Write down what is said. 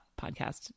Podcast